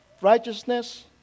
Righteousness